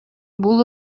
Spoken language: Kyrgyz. бул